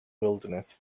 wilderness